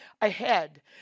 ahead